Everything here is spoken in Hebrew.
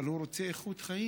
אבל הוא רוצה איכות חיים.